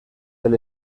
del